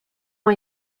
ont